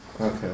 Okay